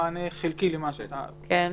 מענה חלקי למה שאתה אומר.